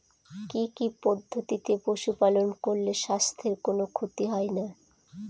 কি কি পদ্ধতিতে পশু পালন করলে স্বাস্থ্যের কোন ক্ষতি হয় না?